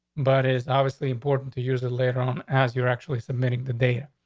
but it's obviously important to use it later on as you're actually submitting the day.